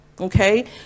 okay